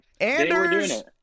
Anders